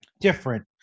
different